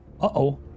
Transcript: Uh-oh